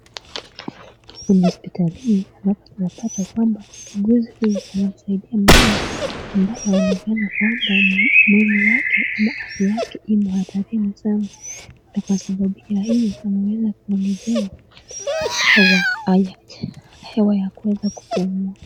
Ume hospitali ni anapata kwamba uguzi unamsaidia mama ambaye anaonekana kwamba mwili wake ama afya yake imo hatarini sana. Na kwa sababu ya hiyo anaweza kuongezewa hewa, hewa ya kuweza kupumua.